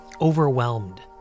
overwhelmed